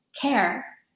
care